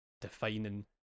defining